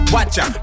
Watcha